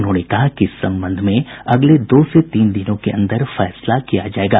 उन्होंने कहा कि इस संबंध में अगले दो से तीन दिनों के अंदर फैसला किया जायेगा